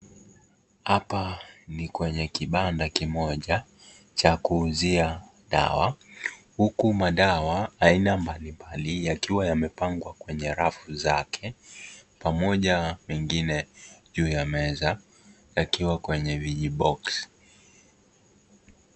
Hapa ni kwenye kibanda kimoja cha kuuzia dawa huku madawa aina mbalimbali yakiwa yamepangwa kwenye rafu zake, pamoja mengine juu ya meza yakiwa kwenye vijiboksi.